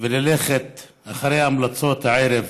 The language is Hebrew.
וללכת אחרי ההמלצות הערב.